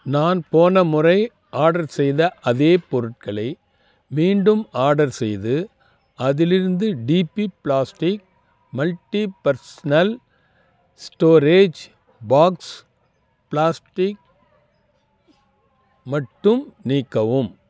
நான் போன முறை ஆர்டர் செய்த அதே பொருட்களை மீண்டும் ஆர்டர் செய்து அதிலிருந்து டிபி plastic multipurpose storage box plastic மட்டும் நீக்கவும்